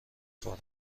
خورم